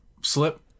slip